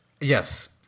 yes